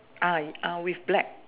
uh uh with black